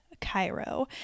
Cairo